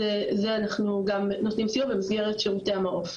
אז זה אנחנו גם נותנים סיוע במסגרת שירותי ה"מעוף".